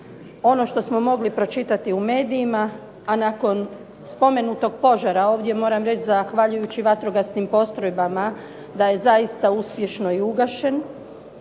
ono što smo mogli pročitati u medijima, a nakon spomenutog požara, ovdje moram reći zahvaljujući vatrogasnim postrojbama, da je zaista i uspješno ugašen,